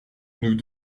nous